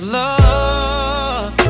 love